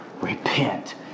Repent